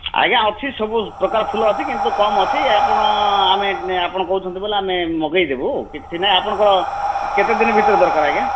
ଆଜ୍ଞା ଅଛି ସବୁ ପ୍ରକାର ଫୁଲ ଅଛି କିନ୍ତୁ କମ୍ ଅଛି ଆପଣ ଆମେ ଆପଣ କହୁଛନ୍ତି ବୋଇଲେ ଆମେ ମଗାଇଦେବୁ କିଛି ନାଇଁ ଆପଣଙ୍କର କେତେ ଦିନ ଭିତରେ ଦରକାର ଆଜ୍ଞା